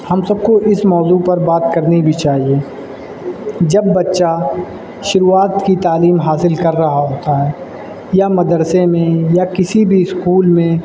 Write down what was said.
ہم سب کو اس موضوع پر بات کرنی بھی چاہیے جب بچہ شروعات کی تعلیم حاصل کر رہا ہوتا ہے یا مدرسے میں یا کسی بھی اسکول میں